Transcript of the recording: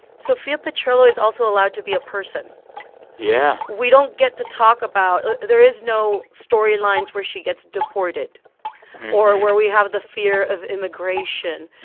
sophia petrillo is also allowed to be a person yeah we don't get to talk about there is no storylines where she gets deported or and where we have the fear of immigration.